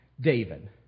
David